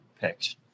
picked